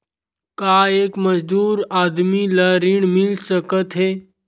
का एक मजदूर आदमी ल ऋण मिल सकथे?